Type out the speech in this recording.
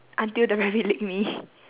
until the rabbit lick me